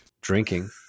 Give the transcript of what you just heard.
drinking